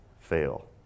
fail